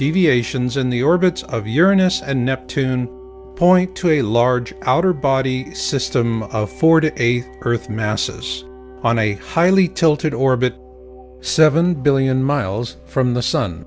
deviations in the orbits of uranus and neptune point to a large outer body system of forty eighth earth masses on a highly tilted orbit seven billion miles from the sun